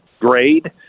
grade